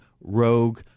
rogue